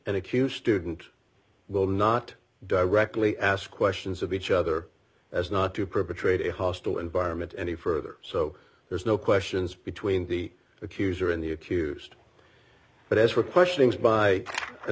and accused didn't will not directly ask questions of each other as not to perpetrate a hostile environment any further so there's no questions between the accuser and the accused but as for questioning by an